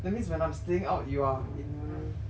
that means when I'm staying out you are in uni